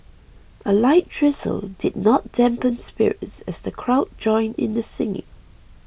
a light drizzle did not dampen spirits as the crowd joined in the singing